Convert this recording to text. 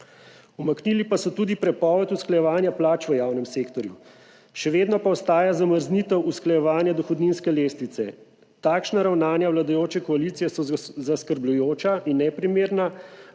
Umaknili pa so tudi prepoved usklajevanja plač v javnem sektorju. Še vedno pa ostaja zamrznitev usklajevanja dohodninske lestvice. Takšna ravnanja vladajoče koalicije so zaskrbljujoča in neprimerna.